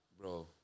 bro